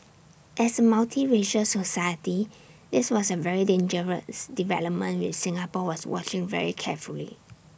as A multiracial society this was A very dangerous development which Singapore was watching very carefully